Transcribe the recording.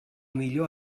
millor